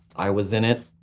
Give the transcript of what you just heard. i was in it.